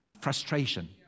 frustration